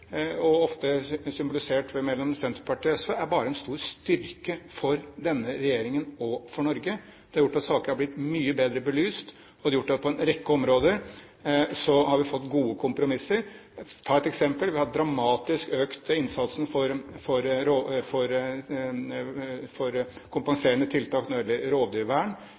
ofte symbolisert ved Senterpartiet og SV, er bare en stor styrke for denne regjeringen og for Norge. Det har gjort at sakene er blitt mye bedre belyst, og det har gjort at vi på en rekke områder har fått gode kompromisser. La meg ta et eksempel: Vi har økt innsatsen for kompenserende tiltak når det gjelder rovdyrvern,